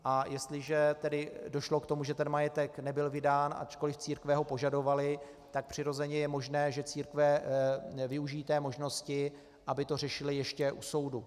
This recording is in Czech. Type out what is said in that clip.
A jestliže došlo k tomu, že ten majetek nebyl vydán, ačkoliv církve ho požadovaly, tak přirozeně je možné, že církve využijí té možnosti, aby to řešily ještě u soudu.